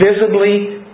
visibly